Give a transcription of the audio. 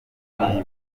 hari